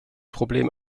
problem